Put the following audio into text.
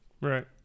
Right